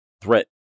threat